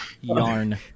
yarn